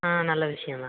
ஆ நல்ல விஷயந்தான்